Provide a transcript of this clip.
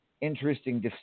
Interesting